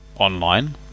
Online